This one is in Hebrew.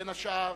בין השאר,